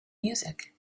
music